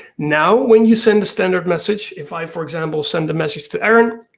now when you send a standard message, if i for example send a message to erin.